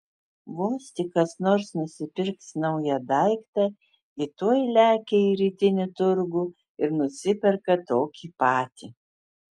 vos tik kas nors nusipirks naują daiktą ji tuoj lekia į rytinį turgų ir nusiperka tokį patį